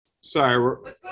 Sorry